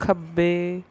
ਖੱਬੇ